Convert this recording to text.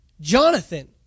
Jonathan